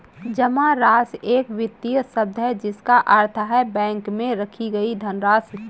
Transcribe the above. जमा राशि एक वित्तीय शब्द है जिसका अर्थ है बैंक में रखी गई धनराशि